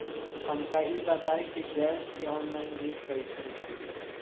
हमका ई बताई कि गैस के ऑनलाइन बिल कइसे भरी?